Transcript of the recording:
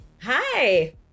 Hi